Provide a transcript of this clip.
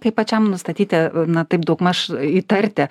kaip pačiam nustatyti na taip daugmaž įtarti